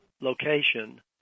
location